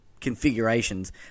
configurations